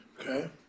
Okay